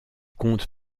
compte